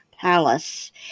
palace